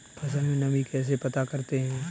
फसल में नमी कैसे पता करते हैं?